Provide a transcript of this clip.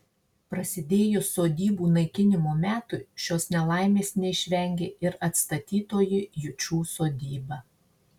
prasidėjus sodybų naikinimo metui šios nelaimės neišvengė ir atstatytoji jučų sodyba